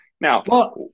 Now